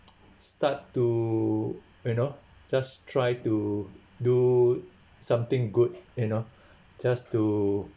start to you know just try to do something good you know just to